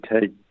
take